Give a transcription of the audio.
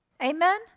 Amen